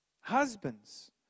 Husbands